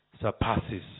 surpasses